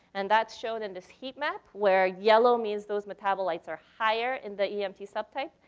and that's shown in this heat map where yellow means those metabolites are higher in the emt subtype,